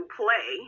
play